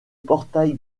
portail